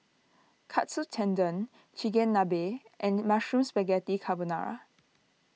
Katsu Tendon Chigenabe and Mushroom Spaghetti Carbonara